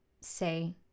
say